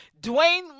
Dwayne